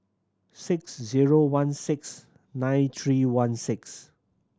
six zero one six nine three one six